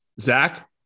Zach